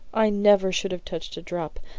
i never should have touched a drop.